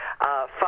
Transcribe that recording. Five